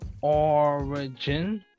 origin